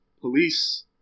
police